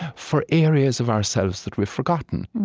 for areas of ourselves that we've forgotten